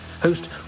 host